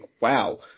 Wow